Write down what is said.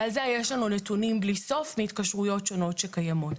ועל זה יש לנו נתונים בלי סוף מהתקשרויות שונות שקיימות.